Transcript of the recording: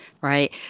right